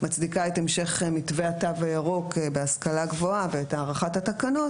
את המשך מתווה התו הירוק בהשכלה הגבוהה ואת הארכת התקנות.